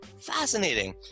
fascinating